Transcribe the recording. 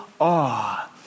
awe